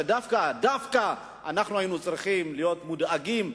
דווקא אנחנו היינו צריכים להיות מודאגים.